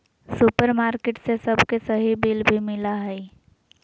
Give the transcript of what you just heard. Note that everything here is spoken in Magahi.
सुपरमार्केट से सबके सही बिल भी मिला हइ